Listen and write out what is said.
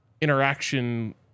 interaction